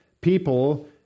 people